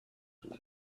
what